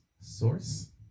source